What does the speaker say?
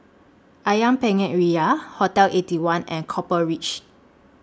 Ayam Penyet Ria Hotel Eighty One and Copper Ridge